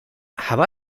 have